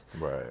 Right